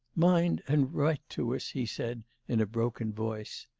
mind and write to us he said in a broken voice.